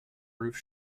roof